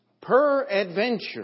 Per-adventure